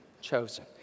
chosen